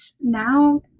now